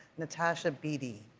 natasha beedie.